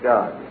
God